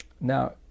Now